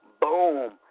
boom